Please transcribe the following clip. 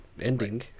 ending